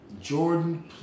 Jordan